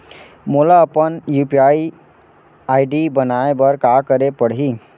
मोला अपन UPI ID बनाए बर का करे पड़ही?